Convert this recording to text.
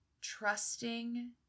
trusting